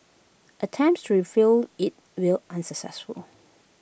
attempts to review IT will unsuccessfully